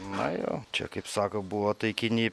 na jo čia kaip sako buvo taikiny